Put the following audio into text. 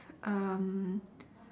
um